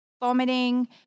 vomiting